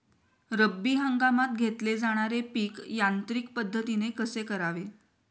रब्बी हंगामात घेतले जाणारे पीक यांत्रिक पद्धतीने कसे करावे?